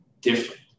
different